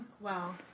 Wow